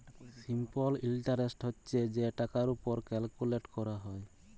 simple interest হছে যে টাকার উপর ক্যালকুলেট ক্যরা হ্যয়